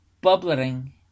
bubbling